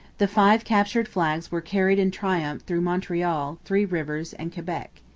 the five captured flags were carried in triumph through montreal, three rivers, and quebec.